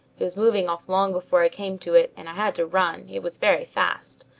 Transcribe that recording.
it was moving off long before i came to it, and i had to run it was very fast.